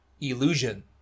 illusion